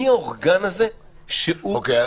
מי האורגן הזה שהוא --- אוקיי.